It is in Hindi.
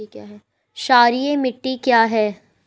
क्षारीय मिट्टी क्या है?